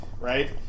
Right